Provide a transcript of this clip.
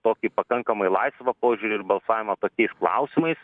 tokį pakankamai laisvą požiūrį ir balsavimą tokiais klausimais